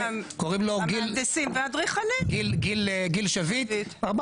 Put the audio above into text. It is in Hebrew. קוראים לו גיל שביט --- כולם המהנדסים והאדריכלים.